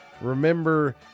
Remember